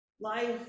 Life